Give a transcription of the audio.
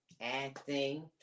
acting